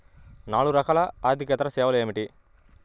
నాలుగు రకాల ఆర్థికేతర సేవలు ఏమిటీ?